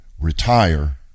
retire